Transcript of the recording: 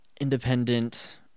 independent